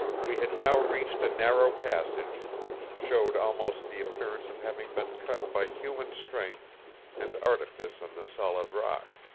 we had now reached a narrow passage, which showed almost the appearance of having been cut by human strength and artifice in the solid rock.